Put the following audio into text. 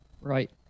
Right